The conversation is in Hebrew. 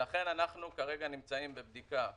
לכן כרגע אנחנו נמצאים בבדיקה.